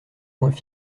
points